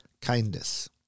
kindness